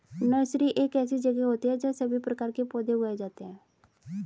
nursery एक ऐसी जगह होती है जहां सभी प्रकार के पौधे उगाए जाते हैं